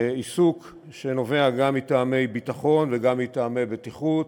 עיסוק שנובע גם מטעמי ביטחון וגם מטעמי בטיחות,